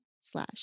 slash